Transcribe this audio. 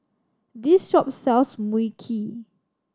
this shop sells Mui Kee